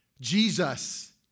Jesus